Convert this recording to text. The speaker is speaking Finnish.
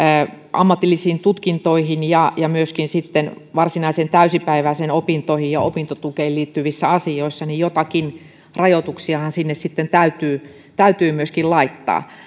ammatillisiin tutkintoihin ja ja myöskin varsinaisiin täysipäiväisiin opintoihin ja opintotukeen liittyvissä asioissa niin joitakin rajoituksiahan sinne sitten täytyy täytyy myöskin laittaa sekin